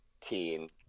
teen